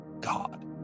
God